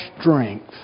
strength